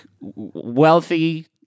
wealthy